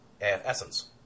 essence